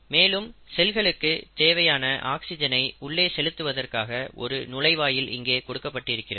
மேலும் செல்களுக்கு தேவையான ஆக்சிஜனை உள்ளே செலுத்துவதற்காக ஒரு நுழைவாயில் இங்கே கொடுக்கப்பட்டிருக்கிறது